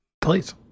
Please